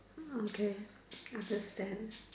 oh okay understand